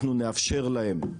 אנחנו נאפשר להם,